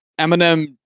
Eminem